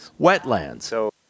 wetlands